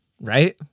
right